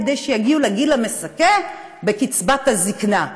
כדי שיגיעו לגיל המזכה בקצבת הזיקנה.